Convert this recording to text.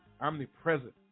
Omnipresent